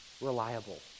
reliable